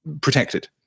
protected